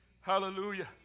Hallelujah